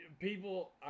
people